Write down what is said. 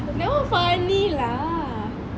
that [one] funny lah